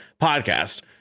podcast